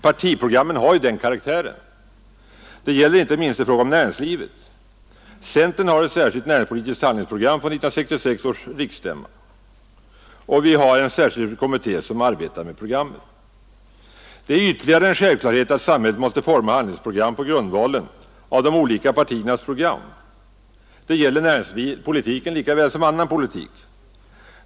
Partiprogrammen har ju den karaktären. Det gäller inte minst i fråga om näringslivet. Centern har ett särskilt näringspolitiskt handlingsprogram från 1966 års riksstämma, och vi har en särskild kommitté som arbetar med det. Det är ytterligare en självklarhet att samhället måste forma handlingsprogrammen pågrundval av de olika partiernas program. Det gäller näringspolitiken lika väl som annan politik.